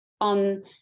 on